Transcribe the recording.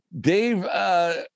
Dave